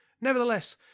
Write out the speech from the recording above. Nevertheless